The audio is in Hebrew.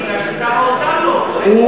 אתה מדבר לקיר, מפני ששר האוצר לא פה.